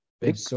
Big